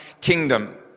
kingdom